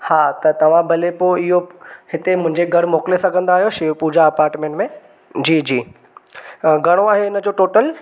हां त तव्हां भले पोइ इहो हिते मुंहिंजे घरु मोकिले सघंदो आहियो छा इहो पूजा अपार्टमेंट में जी जी घणो आहे हिन जो टोटल